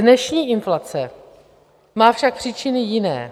Dnešní inflace má však příčiny jiné.